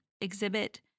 exhibit